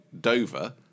Dover